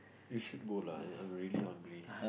you should go lah I'm really hungry